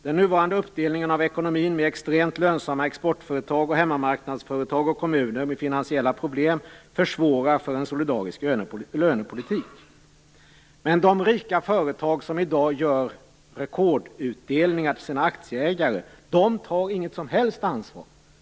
Den nuvarande uppdelningen av ekonomin med extremt lönsamma exportföretag och hemmamarknadsföretag och kommuner med finansiella problem försvårar för en solidarisk lönepolitik. Men de rika företag som i dag gör rekordutdelningar till sina aktieägare tar inget som helst ansvar.